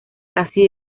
casi